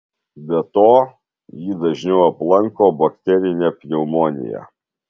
be to jį dažniau aplanko bakterinė pneumonija